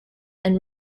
and